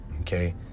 okay